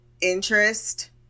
interest